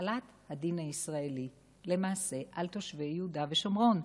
החלת הדין הישראלי למעשה על תושבי יהודה ושומרון.